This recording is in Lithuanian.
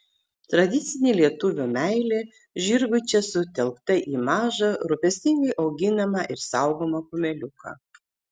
tradicinė lietuvio meilė žirgui čia sutelkta į mažą rūpestingai auginamą ir saugomą kumeliuką